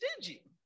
stingy